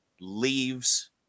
leaves